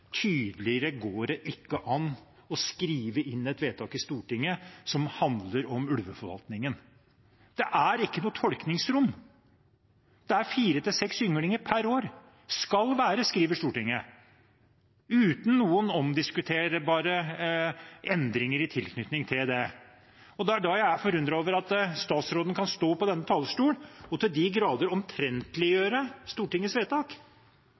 Tydeligere går det ikke an å skrive inn et vedtak i Stortinget som handler om ulveforvaltningen. Det er ikke noe tolkningsrom. Det skal være 4–6 ynglinger per år, skriver Stortinget – uten noen omdiskuterbare endringer i tilknytning til det. Det er da jeg er forundret over at statsråden kan stå på denne talerstolen og til de grader omtrentliggjøre Stortingets vedtak.